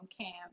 camp